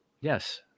Yes